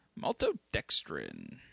Maltodextrin